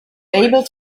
able